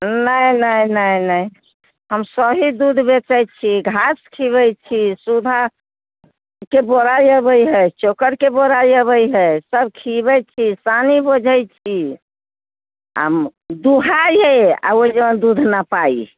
नहि नहि नहि नहि हम सही दूध बेचै छी घास खिबै छी सुधाके बोराइ अबै हय चोकरके बोराइ अबै हय सब खीबै छी सानी बोझै छी आओर दुहाइ हय आओर ओहि जोन दूध नपाइ हय